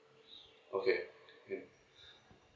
okay okay